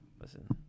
Listen